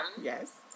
Yes